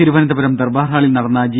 തിരുവനന്തപുരം ദർബാർ ഹാളിൽ നടന്ന ജി